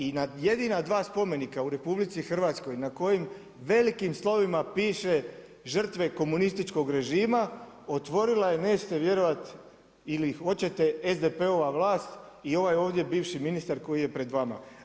I nad jedina dva spomenika u RH na kojim velikim slovima piše žrtve komunističkog režima otvorila je nećete vjerovati ili hoćete SDP-ova vlast i ovaj ovdje bivši ministar koji je pred vama.